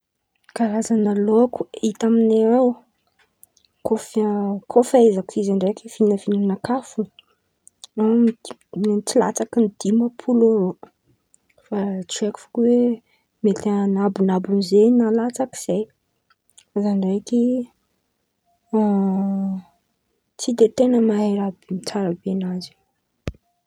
Karazan̈a laôko hita amin̈ay ao kô fa - kô fahaizako izy ndraiky vin̈avin̈a nakà fo na eo amy tsy latsaky dimapolo eo eo fa tsy fo koa oe mety an̈abon̈any zen̈y na latsaky zen̈y, za ndraiky tsy de ten̈a mahay raha be tsara nazy io.